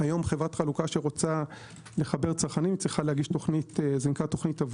- היום חברת חלוקה שרוצה לחבר צרכנים צריכה להגיש תוכנית עבודה,